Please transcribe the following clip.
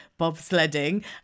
bobsledding